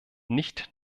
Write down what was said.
nicht